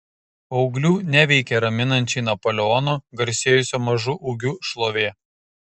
paauglių neveikia raminančiai napoleono garsėjusio mažu ūgiu šlovė